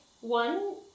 one